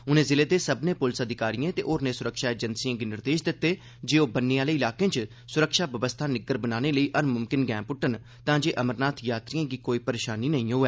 उन्ने जिले दे सब्भने प्लस अधिकारिएं ते होरनें स्रक्षा एजेंसिएं गी निर्देश दित्ते जे ओह बन्ने आहले इलाकें च स्रक्षा बवस्था निग्गर बनाने लेई हर म्मकिन गैंह् प्ट्टन तांजे अमरनाथ यात्रिएं गी कोई परेशानी नेईं होऐ